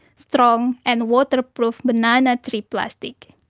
strong and waterproof banana tree plastic.